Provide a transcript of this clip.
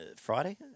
Friday